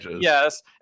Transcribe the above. Yes